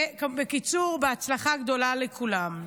בקיצור, בהצלחה גדולה לכולם.